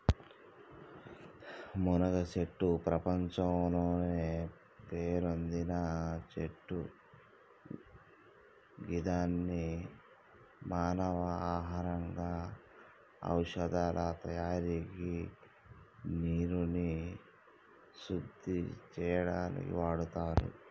మునగచెట్టు ప్రపంచంలోనే పేరొందిన చెట్టు గిదాన్ని మానవ ఆహారంగా ఔషదాల తయారికి నీరుని శుద్ది చేయనీకి వాడుతుర్రు